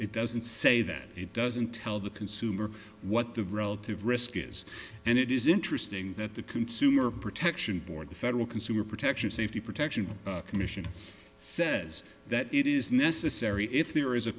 it doesn't say that it doesn't tell the consumer what the relative risk is and it is interesting that the consumer protection board the federal consumer protection safety protection commission says that it is necessary if there is a